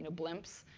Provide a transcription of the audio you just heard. and blimps.